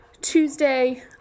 Tuesday